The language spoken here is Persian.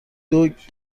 دوگ